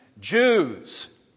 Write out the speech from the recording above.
Jews